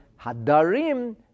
Hadarim